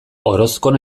orozkon